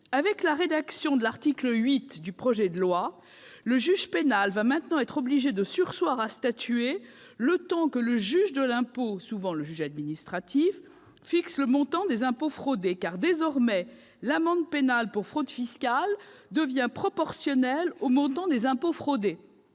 donné la rédaction de l'article 8 du projet de loi, le juge pénal va maintenant être obligé de surseoir à statuer le temps que le juge de l'impôt, qui est souvent le juge administratif, fixe le montant des impôts fraudés ; désormais, en effet, l'amende pénale pour fraude fiscale sera proportionnelle au montant des impôts fraudés.